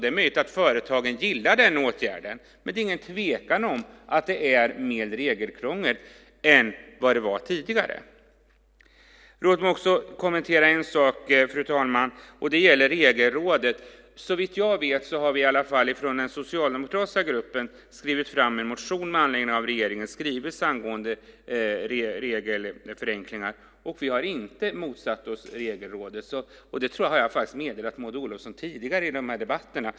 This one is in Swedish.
Det är möjligt att företagen gillar den åtgärden, men det är ingen tvekan om att det är mer regelkrångel nu än vad det var tidigare. Låt mig också kommentera en sak, fru talman. Det gäller Regelrådet. Såvitt jag vet har i alla fall vi i den socialdemokratiska gruppen skrivit en motion med anledning av regeringens skrivelse angående regelförenklingarna, och vi har inte motsatt oss Regelrådet. Det har jag faktiskt meddelat Maud Olofsson tidigare i debatterna.